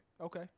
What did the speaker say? okay